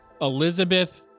Elizabeth